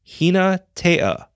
Hina-tea